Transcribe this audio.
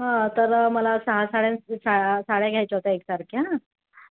हं तर मला सहा साड्यांचं सा साड्या घ्यायच्या होत्या एकसारख्या